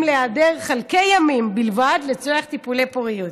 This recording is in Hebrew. להיעדר חלקי ימים בלבד לצורך טיפולי פוריות,